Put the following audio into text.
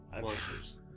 Monsters